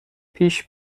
پیش